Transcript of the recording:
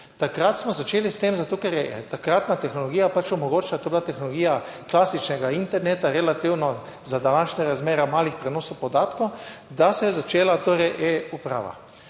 Takrat smo začeli s tem, zato ker je takratna tehnologija pač omogočila, to je bila tehnologija klasičnega interneta, relativno za današnje razmere malih prenosov podatkov, da se je začela torej e-uprava.